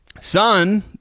Son